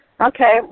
Okay